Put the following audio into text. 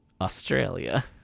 Australia